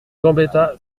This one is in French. gambetta